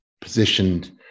positioned